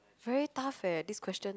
very tough eh this question